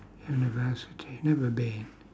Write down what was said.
university never been